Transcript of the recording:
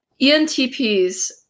ENTPs